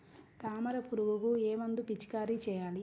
తామర పురుగుకు ఏ మందు పిచికారీ చేయాలి?